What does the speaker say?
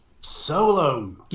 Solo